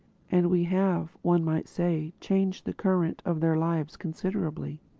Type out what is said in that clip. and we have, one might say, changed the current of their lives considerably.